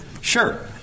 Sure